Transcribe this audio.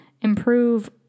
improve